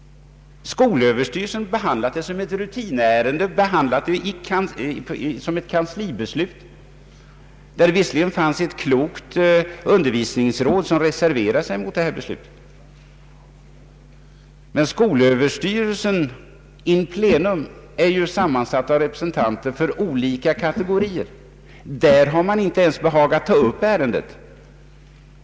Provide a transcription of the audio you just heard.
Skolöverstyrelsen har behandlat detta som ett rutinärende och fattat ett kanslibeslut. Ett klokt undervisningsråd reserverade sig visserligen mot beslutet, men skolöverstyrelsen in pleno är ju sammansatt av representanter för olika kategorier i samhället, och där har man inte ens behagat ta upp ärendet.